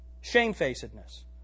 Shamefacedness